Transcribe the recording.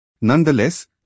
Nonetheless